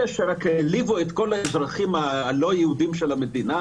אלה שהעליבו את כל האזרחים הלא יהודים של המדינה,